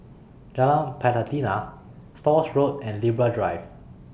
Jalan Pelatina Stores Road and Libra Drive